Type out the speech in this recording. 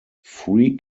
free